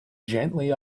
gently